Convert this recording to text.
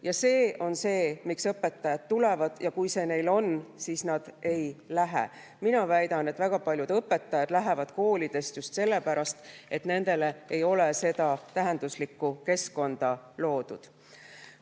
Ja see on see, miks õpetajad tulevad. Kui see neil on, siis nad ei lähe ära. Mina väidan, et väga paljud õpetajad lähevad koolidest just sellepärast, et nendele ei ole seda tähenduslikku keskkonda loodud.